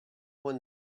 when